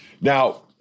Now